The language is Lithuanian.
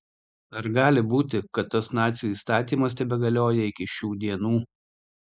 ar gali būti kad tas nacių įstatymas tebegalioja iki šių dienų